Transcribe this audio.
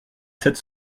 sept